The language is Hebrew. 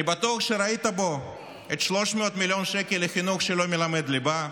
אני בטוח שראית בו את 300 מיליון השקלים לחינוך שלא מלמד ליבה,